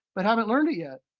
but haven't learned it yet.